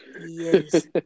Yes